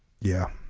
yeah